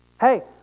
hey